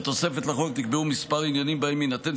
בתוספת לחוק נקבעו כמה עניינים שבהם יינתן